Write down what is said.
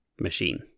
machine